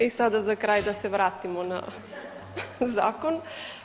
I sada za kraj da se vratimo na zakon.